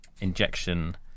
injection